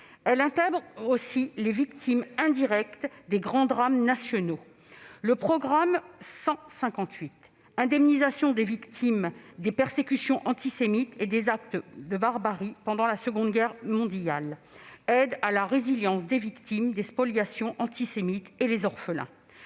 elle intègre aussi les victimes indirectes des grands drames nationaux. Le programme 158, « Indemnisation des victimes des persécutions antisémites et des actes de barbarie pendant la Seconde Guerre mondiale », aide à la résilience des victimes de spoliations antisémites et soutient les orphelins.